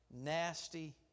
nasty